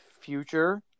future